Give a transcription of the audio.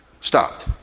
stopped